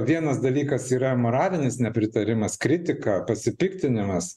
vienas dalykas yra moralinis nepritarimas kritika pasipiktinimas